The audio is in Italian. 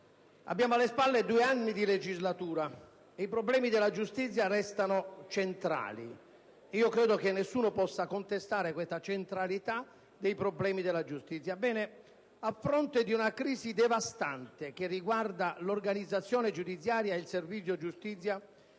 abbiamo alle spalle due anni di legislatura e i problemi della giustizia restano centrali: credo che nessuno possa contestare la centralità dei problemi della giustizia. Ebbene, a fronte di una crisi devastante riguardante l'organizzazione giudiziaria ed il servizio giustizia,